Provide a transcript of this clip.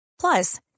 Plus